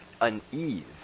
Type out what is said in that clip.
unease